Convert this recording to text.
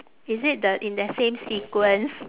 is it the in that same sequence